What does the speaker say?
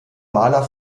maler